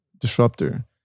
disruptor